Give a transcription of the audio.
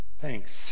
Thanks